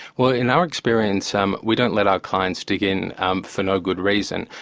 well in our experience, um we don't let our clients dig in um for no good reason.